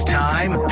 time